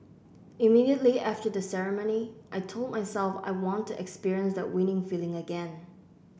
immediately after the ceremony I told myself I want to experience that winning feeling again